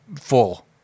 full